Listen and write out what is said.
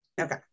Okay